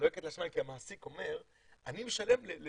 שזועקת לשמיים כי המעסיק אומר 'אני משלם 70,